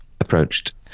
Approached